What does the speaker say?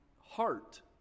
heart